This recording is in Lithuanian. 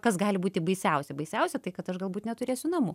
kas gali būti baisiausia baisiausia tai kad aš galbūt neturėsiu namų